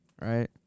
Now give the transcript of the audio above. right